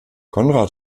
konrad